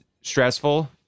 stressful